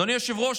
אדוני היושב-ראש,